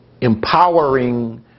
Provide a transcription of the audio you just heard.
empowering